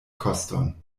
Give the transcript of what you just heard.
koston